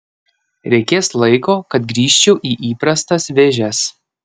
reikės laiko kad grįžčiau į įprastas vėžes